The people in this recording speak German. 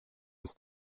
ist